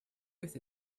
with